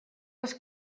les